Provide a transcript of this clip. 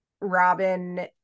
Robin